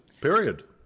period